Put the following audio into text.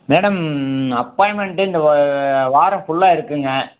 madam appointment இந்த வாரம் ஃபுல்லாக இருக்குங்க